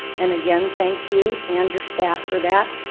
and again thank you and your staff for that.